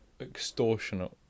extortionate